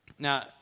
Now